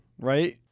right